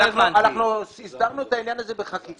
לא מזמן הסדרנו את העניין הזה בחקיקה.